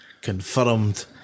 confirmed